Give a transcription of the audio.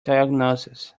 diagnosis